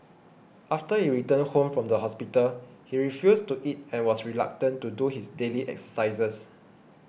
after he returned home from the hospital he refused to eat and was reluctant to do his daily exercises